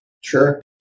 Sure